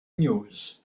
news